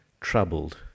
troubled